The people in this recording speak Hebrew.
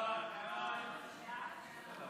לוועדה את הצעת חוק הנוער